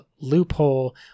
loophole